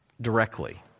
directly